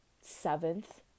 seventh